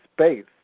space